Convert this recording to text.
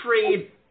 trade